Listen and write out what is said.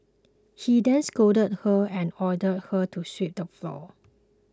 he then scolded her and ordered her to sweep the floor